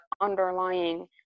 underlying